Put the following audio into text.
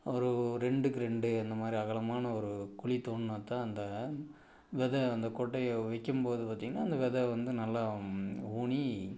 ஒரு ரெண்டுக்கு ரெண்டு அந்தமாதிரி அகலமான ஒரு குழி தோண்டினா தான் அந்த விதை அந்த கொட்டையை தான் வைக்கும் போது பார்த்திங்கன்னா அந்த விதை நல்லா ஊனி